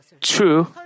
true